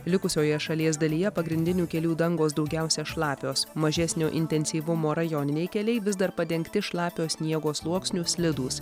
likusioje šalies dalyje pagrindinių kelių dangos daugiausia šlapios mažesnio intensyvumo rajoniniai keliai vis dar padengti šlapio sniego sluoksniu slidūs